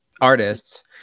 artists